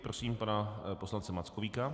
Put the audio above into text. Prosím pana poslance Mackovíka.